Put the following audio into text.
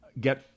get